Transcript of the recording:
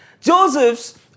joseph's